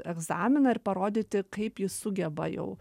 egzaminą ir parodyti kaip jis sugeba jau